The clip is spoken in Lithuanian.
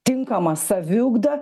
tinkama saviugda